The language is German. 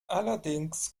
allerdings